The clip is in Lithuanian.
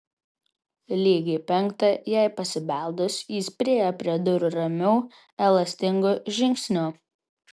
lygiai penktą jai pasibeldus jis priėjo prie durų ramiu elastingu žingsniu